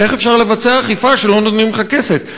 איך אפשר לבצע אכיפה כשלא נותנים לך כסף,